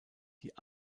die